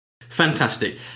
fantastic